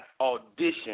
audition